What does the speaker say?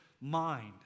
mind